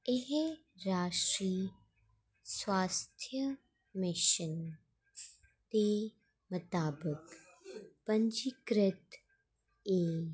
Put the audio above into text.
एह् राशी स्वास्थ्य मिशन ते मताबक पंजीकृत ऐ